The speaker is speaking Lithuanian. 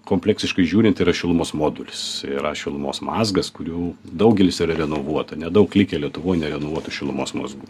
kompleksiškai žiūrint yra šilumos modulis yra šilumos mazgas kurių daugelis yra renovuota nedaug likę lietuvoj nerenovuotų šilumos mazgų